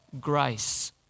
grace